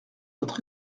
votre